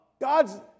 God's